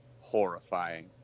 horrifying